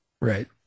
Right